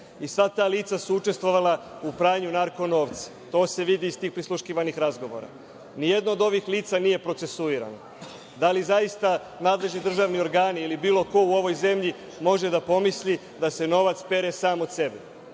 i sva ta lica su učestvovala u pranju narko novca, to se vidi iz tih prisluškivanih razgovora. Nijedno od ovih lica nije procesuirano. Da li zaista nadležni državni organi ili bilo ko u ovoj zemlji može da pomisli da se novac pere sam od sebe,